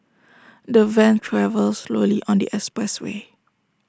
the van travelled slowly on the expressway